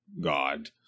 god